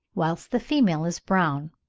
whilst the female is brown.